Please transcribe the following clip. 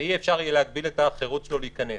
ואי-אפשר יהיה להגביל את החירות שלו להיכנס.